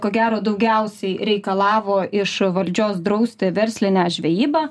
ko gero daugiausiai reikalavo iš valdžios drausti verslinę žvejybą